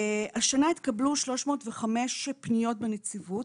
השנה התקבלו 305 פניות בנציבות,